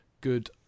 good